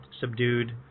subdued